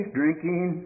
drinking